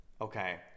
okay